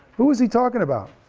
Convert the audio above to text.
who is he talking about?